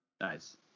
nice